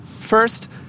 First